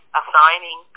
assigning